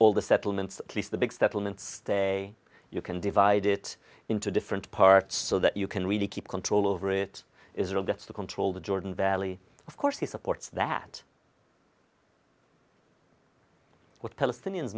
all the settlements at least the big startlement stay you can divide it into different parts so that you can really keep control over it israel gets to control the jordan valley of course he supports that with palestinians